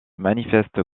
manifeste